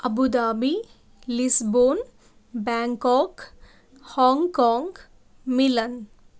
Abu Dhabi Lisbon Bangkok Hong Kong Milan